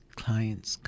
clients